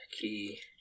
key